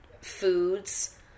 foods